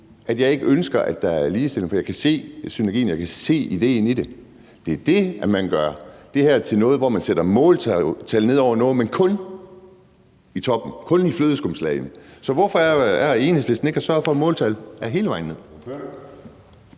at jeg ikke ønsker, at der er ligestilling, for jeg kan se synergien og jeg kan se idéen i det. Men det er det, at man gør det her til noget, hvor man sætter måltal på noget, men kun i toppen, kun i flødeskumslagene. Så hvorfor er det, at Enhedslisten ikke sørger for måltal hele vejen ned?